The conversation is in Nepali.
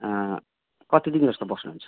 कतिदिन जस्तो बस्नुहुन्छ